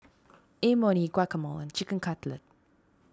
Imoni Guacamole Chicken Cutlet